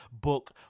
book